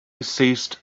ceased